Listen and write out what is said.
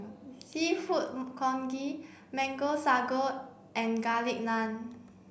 seafood congee mango sago and garlic naan